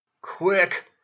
Quick